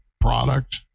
product